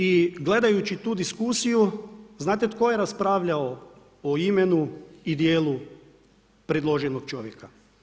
I gledajući tu diskusiju znate tko je raspravljalo o imenu i djelu predloženog čovjeka?